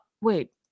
wait